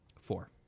Four